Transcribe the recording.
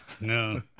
No